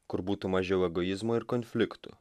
kur būtų mažiau egoizmo ir konfliktų